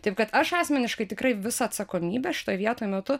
taip kad aš asmeniškai tikrai visą atsakomybę šitoj vietoj metu